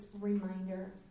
reminder